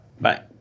Bye